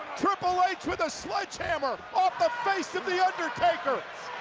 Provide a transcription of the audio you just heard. triple h with the sledgehammer off the face of the undertaker!